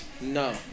No